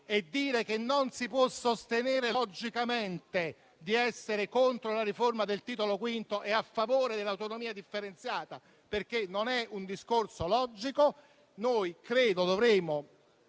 e dire che non si può sostenere logicamente di essere contro la riforma del Titolo V e a favore dell'autonomia differenziata, perché non è un discorso logico. [**Presidenza